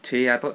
!chey! I thought